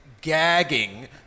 gagging